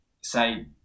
say